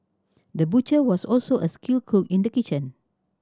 the butcher was also a skilled cook in the kitchen